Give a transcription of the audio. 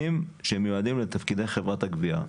יהיו אלה שמגינים על זכויות אדם,